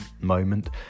moment